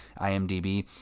IMDb